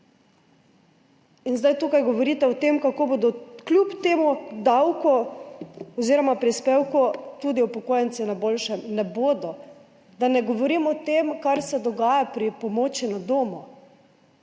In zdaj tukaj govorite o tem, kako bodo kljub temu davku oziroma prispevku tudi upokojenci na boljšem. Ne bodo. Da ne govorim o tem, kar se dogaja pri pomoči na domu,